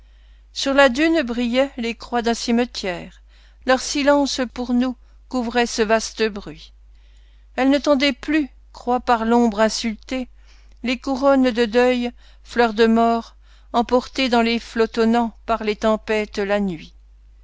sur la dune brillaient les croix d'un cimetière leur silence pour nous couvrait ce vaste bruit elles ne tendaient plus croix par l'ombre insultées les couronnes de deuil fleurs de morts emportées dans les flots tonnants par les tempêtes la nuit